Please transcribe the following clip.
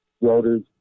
rotors